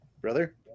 Brother